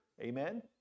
Amen